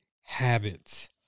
habits